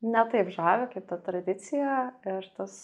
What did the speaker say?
ne taip žavi kaip ta tradicija ir tas